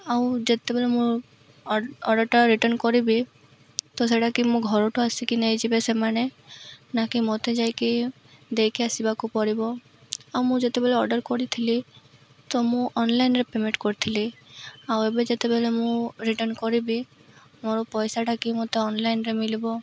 ଆଉ ଯେତେବେଳେ ମୁଁ ଅର୍ଡ଼ର୍ଟା ରିଟର୍ଣ୍ଣ କରିବି ତ ସେଟାକି ମୁଁ ଘରଠୁ ଆସିକି ନେଇଯିବେ ସେମାନେ ନାକି ମୋତେ ଯାଇକି ଦେଇକି ଆସିବାକୁ ପଡ଼ିବ ଆଉ ମୁଁ ଯେତେବେଲେ ଅର୍ଡ଼ର୍ କରିଥିଲି ତ ମୁଁ ଅନଲାଇନ୍ରେ ପେମେଣ୍ଟ କରିଥିଲି ଆଉ ଏବେ ଯେତେବେଲେ ମୁଁ ରିଟର୍ଣ୍ଣ କରିବି ମୋର ପଇସାଟା କିି ମୋତେ ଅନଲାଇନ୍ରେ ମଲିବ